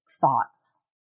thoughts